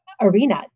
arenas